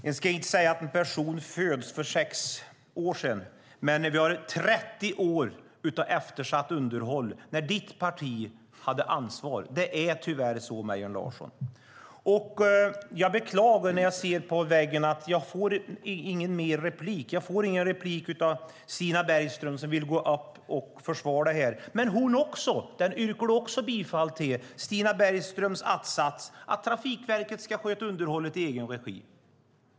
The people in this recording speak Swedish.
Herr talman! Man ska inte säga att en person föds för sex år sedan. Men vi har 30 år av eftersatt underhåll när ditt parti hade ansvar - det är tyvärr så, Mejern Larsson. Jag ser att jag inte får någon mer replik och beklagar det. Jag får ingen replik av Stina Bergström som vill gå upp och försvara detta. Även Stina Bergströms att-sats yrkar du bifall till, hennes att-sats att Trafikverket ska sköta underhållet i egen regi.